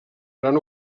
gran